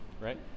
right